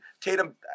Tatum